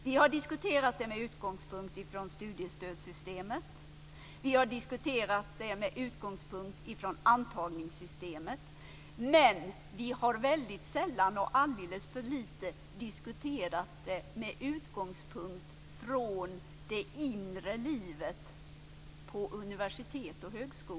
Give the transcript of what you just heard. Vi har diskuterat detta med utgångspunkt i studiestödssystemet och antagningssystemet men vi har väldigt sällan och alldeles för lite diskuterat det med utgångspunkt i det inre livet på universitet och högskolor.